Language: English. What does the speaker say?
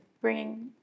bringing